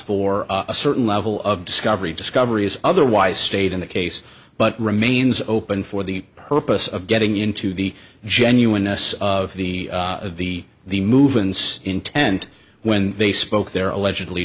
for a certain level of discovery discovery is otherwise stayed in the case but remains open for the purpose of getting into the genuineness of the of the the movement's intent when they spoke their allegedly